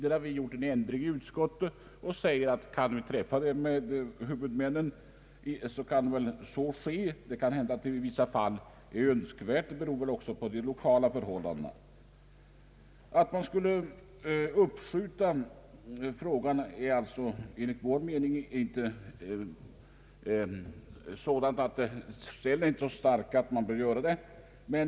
Utskottet har där gjort en ändring i förslaget och tilllåter att avtal träffas med huvudmän nen. Det kan hända att det i vissa fall är önskvärt. Det beror väl också på de lokala förhållandena. Skälen för att uppskjuta frågan är enligt vår mening inte så starka att så behöver ske.